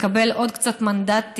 לקבל עוד קצת מנדטים,